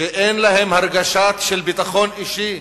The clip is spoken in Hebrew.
שאין להם הרגשה של ביטחון אישי,